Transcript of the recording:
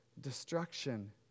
destruction